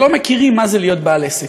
שלא מכירים מה זה להיות בעל עסק.